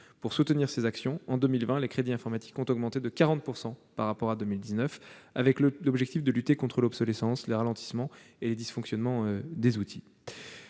Pour soutenir ces actions, en 2020, les crédits informatiques ont augmenté de 40 % par rapport à 2019, avec l'objectif de lutter contre l'obsolescence, les ralentissements et les dysfonctionnements de ces outils.